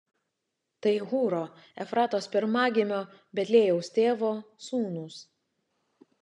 tai hūro efratos pirmagimio betliejaus tėvo sūnūs